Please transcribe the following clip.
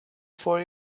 for